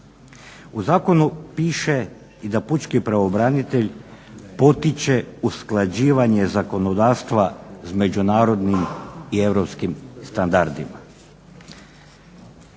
U zakonu piše i da pučki pravobranitelj potiče usklađivanje zakonodavstva s međunarodnim i europskim standardima.